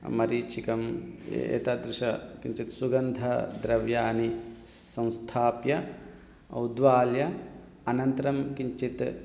मरीचिका एतादृशं किञ्चित् सुगन्धद्रव्याणि संस्थाप्य उद्वाल्य अनन्तरं किञ्चित्